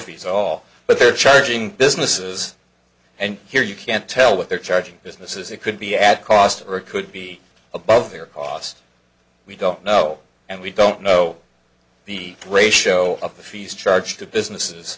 fees all but they're charging businesses and here you can't tell what they're charging business is it could be at cost or it could be above their cost we don't know and we don't know the ratio of the fees charged to businesses